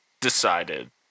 decided